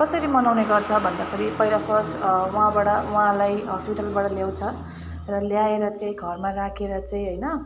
कसरी मनाउने गर्छ भन्दाखेरि पहिला फर्स्ट वहाँबाट वहाँलाई हस्पिटलबाट ल्याउँछ र ल्याएर चाहिँ घरमा राखेर चाहिँ हैन